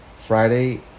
friday